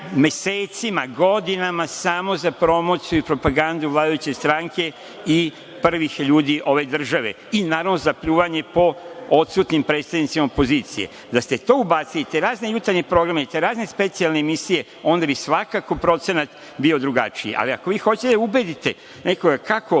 mesecima, godinama samo za promociju i propagandu vladajuće stranke i prvih ljudi ove države i naravno za pljuvanje po odsutnim predstavnicima opozicije. Da ste ubacili, te razne jutarnje programe i te razne specijalne emisije, onda bi svakako procenat bio drugačiji. Ali, ako vi hoćete da ubedite nekoga kako